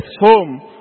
home